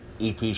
EP